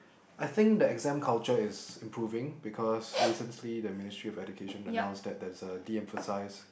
I think the exam culture is improving because recently the Ministry-of-Education announced that there is a de emphasized